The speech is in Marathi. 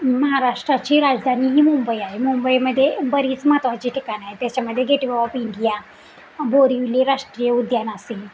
महाराष्ट्राची राजधानी ही मुंबई आहे मुंबईमध्ये बरीच महत्त्वाची ठिकाण आहे त्याच्यामध्ये gateway of India Borivali राष्ट्रीय उद्यान असेल